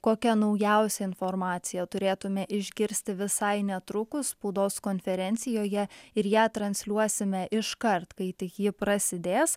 kokia naujausia informacija turėtume išgirsti visai netrukus spaudos konferencijoje ir ją transliuosime iškart kai tik ji prasidės